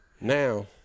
Now